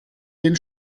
den